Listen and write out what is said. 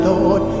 Lord